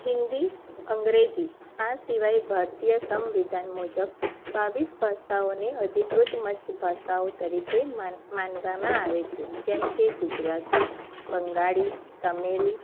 હિન્દી અંગ્રેજી આ સિવાય ભારતીય સંવિધાન મુજબ બાવીસ ભાષાઓને અધિકૃત મંચ ભાષાઓ તરીકે માનવામાં આવે છે જેમકે ગુજરાતી બંગાળી તમિલ